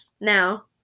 now